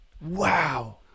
Wow